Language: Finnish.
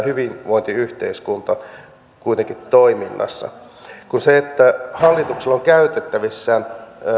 hyvinvointiyhteiskunnan kuitenkin toiminnassa kun hallituksella on käytettävissään